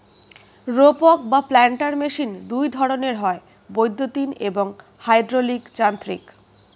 রোপক বা planter machine দুই ধরনের হয়, বৈদ্যুতিন এবং হাইড্রলিক যান্ত্রিক